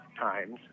times